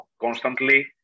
constantly